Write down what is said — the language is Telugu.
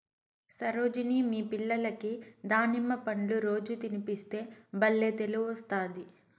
సరోజిని మీ పిల్లలకి దానిమ్మ పండ్లు రోజూ తినిపిస్తే బల్లే తెలివొస్తాది